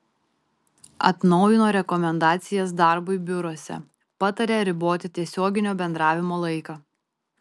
atnaujino rekomendacijas darbui biuruose pataria riboti tiesioginio bendravimo laiką